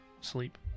sleep